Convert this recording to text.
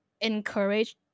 encourage